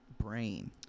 brain